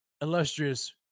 illustrious